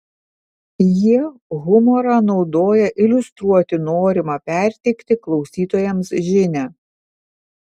jie humorą naudoja iliustruoti norimą perteikti klausytojams žinią